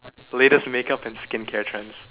latest makeup and skin care trends